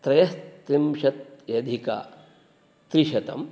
त्रयस्त्रिंशत्यधिकत्रिशतं